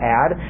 add